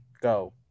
Go